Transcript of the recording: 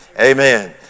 amen